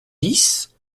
dix